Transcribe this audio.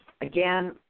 again